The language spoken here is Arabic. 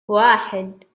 واحد